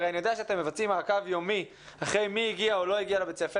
אני יודע שאתם מבצעים מעקב יומי אחרי מי הגיע או לא הגיע לבית ספר.